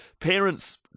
Parents